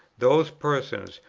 those persons,